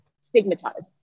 stigmatized